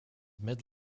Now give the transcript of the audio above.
mid